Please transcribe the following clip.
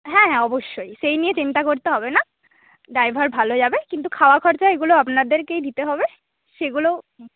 হ্যাঁ হ্যাঁ অবশ্যই সেই নিয়ে চিন্তা করতে হবে না ড্রাইভার ভালো যাবে কিন্তু খাওয়া খরচ এইগুলো আপনাদেরকেই দিতে হবে সেগুলো